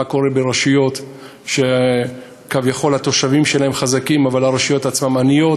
מה קורה ברשויות שכביכול התושבים שלהן חזקים אבל הרשויות עצמן עניות,